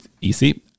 easy